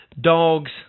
Dogs